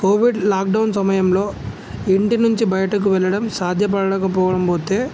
Covid lockdown సమయంలో ఇంటి నుంచి బయటకు వెళ్ళడం సాధ్యపడకపోవడం పోతే